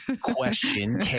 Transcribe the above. Question